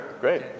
Great